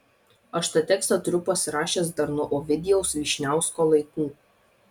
aš tą tekstą turiu pasirašęs dar nuo ovidijaus vyšniausko laikų